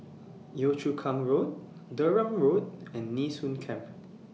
Yio Chu Kang Road Durham Road and Nee Soon Camp